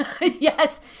Yes